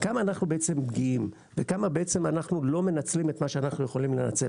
כמה אנחנו בעצם פגיעים וכמה אנחנו לא מנצלים את מה שאנחנו יכולים לנצל.